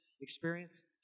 experience